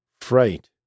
fright